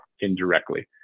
indirectly